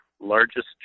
largest